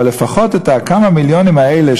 אבל לפחות את כמה המיליונים האלה,